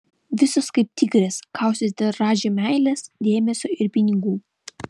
visos kaip tigrės kausis dėl radži meilės dėmesio ir pinigų